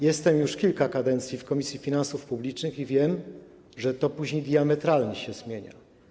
Jestem już kilka kadencji w Komisji Finansów Publicznych i wiem, że to później diametralnie się zmienia.